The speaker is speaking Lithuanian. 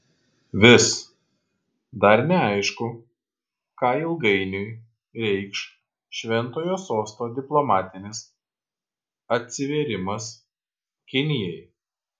vis dar neaišku ką ilgainiui reikš šventojo sosto diplomatinis atsivėrimas kinijai